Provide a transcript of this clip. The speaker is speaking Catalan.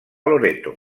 loreto